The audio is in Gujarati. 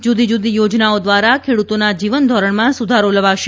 જુદી જુદી યોજનાઓ દ્વારા ખેડૂતોના જીવન ધોરણમાં સુધારો લવાશે